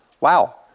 Wow